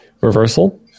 reversal